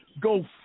Go